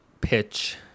pitch